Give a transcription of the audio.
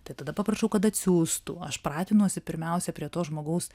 tai tada paprašau kad atsiųstų aš pratinuosi pirmiausia prie to žmogaus